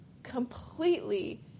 Completely